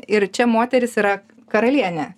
ir čia moteris yra karalienė